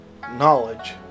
knowledge